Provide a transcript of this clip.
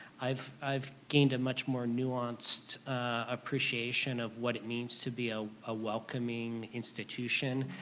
i've i've gained a much more nuanced appreciation of what it means to be ah a welcoming institution,